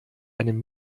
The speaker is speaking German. einem